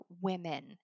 women